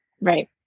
Right